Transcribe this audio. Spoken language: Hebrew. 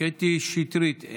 קטי שטרית,